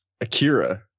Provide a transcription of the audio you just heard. Akira